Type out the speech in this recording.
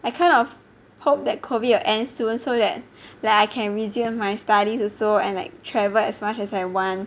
I kind of hope that COVID will end soon so that like I can resume my studies also and like travel as much as I want